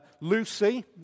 Lucy